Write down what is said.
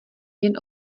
jen